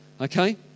Okay